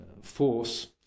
force